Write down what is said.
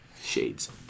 Shades